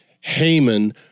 Haman